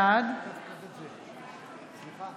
בעד